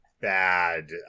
bad